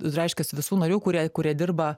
reiškias visų narių kurie kurie dirba